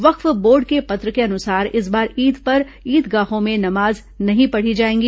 वक्फ board के पत्र के अनुसार इस बार ईद पर ईदगाहों में नमाज नहीं पढ़ी जाएगी